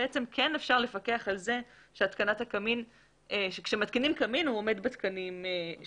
אז בעצם כן אפשר לפקח על זה שכשמתקינים קמין הוא עומד בתקנים שנדרשים.